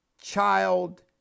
child